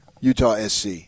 Utah-SC